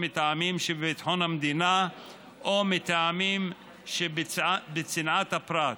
מטעמים שבביטחון המדינה או מטעמים שבצנעת הפרט.